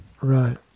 Right